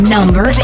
Number